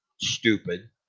stupid